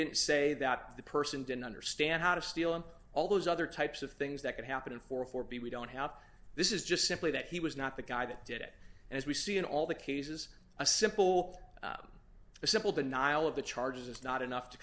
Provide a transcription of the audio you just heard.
didn't say that the person didn't understand how to steal and all those other types of things that could happen for a for b we don't have this is just simply that he was not the guy that did it and as we see in all the cases a simple a simple denial of the charges is not enough to